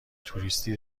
توریستی